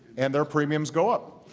and their premiums go up.